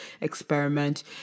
experiment